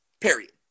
Period